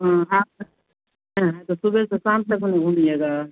हाँ आप आए हैं तो सुबह से शाम तक न घूमिएगा